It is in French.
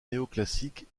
néoclassique